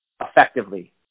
effectively